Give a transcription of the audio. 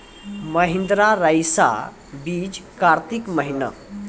महिंद्रा रईसा बीज कार्तिक महीना?